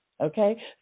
Okay